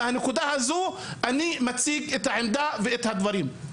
מהנקודה הזו אני מציג את העמדה ואת הדברים.